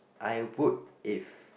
I would if